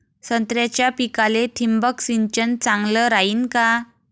संत्र्याच्या पिकाले थिंबक सिंचन चांगलं रायीन का?